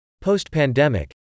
post-pandemic